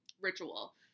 ritual